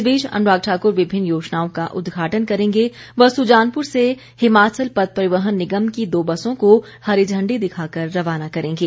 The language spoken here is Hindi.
इस बीच अनुराग ठाक्र विभिन्न योजनाओं का उद्घाटन करेंगे व सुजानपुर से हिमाचल पथ परिवहन निगम की दो बसों को हरी झंडी दिखाकर रवाना करेंगे